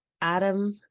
Adam